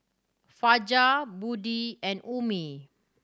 Fajar Budi and Ummi